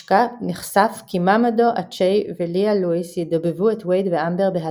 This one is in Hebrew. נחשף כי מאמדו אצ'יי וליה לואיס ידבבו את וייד ואמבר בהתאמה,